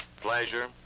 pleasure